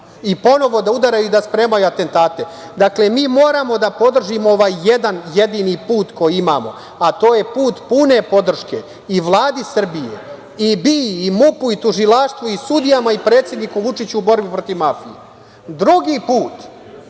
i ponovo da udaraju i da spremaju atentate. Dakle, mi moramo da podržimo ovaj jedan jedini put koji imamo, a to je put pune podrške i Vladi Srbije, i BIA-i, i MUP-u, i tužilaštvu, i sudijama, i predsedniku Vučiću u borbi protiv mafije. Drugi put